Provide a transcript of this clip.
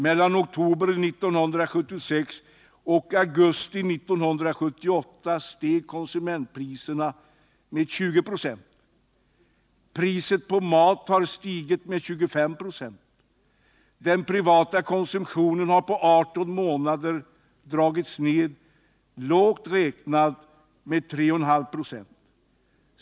Mellan oktober 1976 och augusti 1978 steg konsumentpriserna med 20 96. Priset på mat har stigit med 25 96. Den privata konsumtionen har på 18 månader dragits ned, lågt räknat, med 3,5 26.